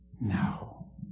No